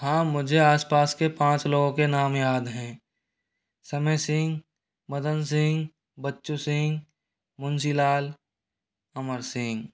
हाँ मुझे आसपास के पाँच लोगों के नाम याद हैं समय सिंह मदन सिंह बच्चू सिंह मुनशी लाल अमर सिंह